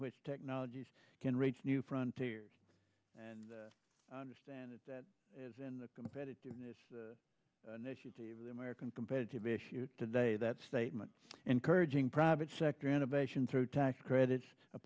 which technologies can reach new frontiers and understand it that is in the competitiveness initiative of the american competitive issue today that statement encouraging private sector innovation through tax credits a